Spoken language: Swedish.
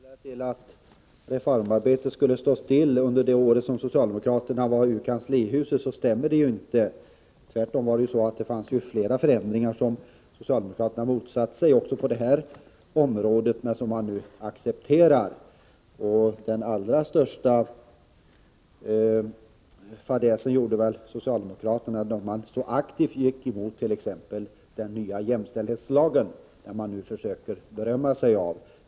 Herr talman! Monica Andersson försöker göra gällande att reformarbetet stod stilla under de år som socialdemokraterna var borta från kanslihuset. Detta stämmer ju inte. Tvärtom var det så att socialdemokraterna då motsatte sig flera ändringar också på det sociala området — förändringar och förbättringar som man nu accepterar. Den allra största fadäsen gjorde väl socialdemokraterna då de så aktivt gick emot den nya jämställdhetslagen, en lag som man nu försöker berömma sig av.